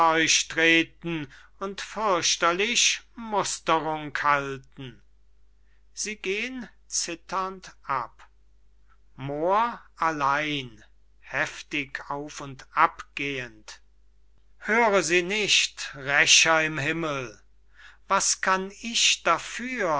euch treten und fürchterlich musterung halten sie gehen zitternd ab moor allein heftig auf und abgehend höre sie nicht rächer im himmel was kann ich dafür